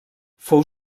fou